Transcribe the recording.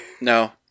No